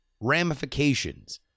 ramifications